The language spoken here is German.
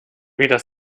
weder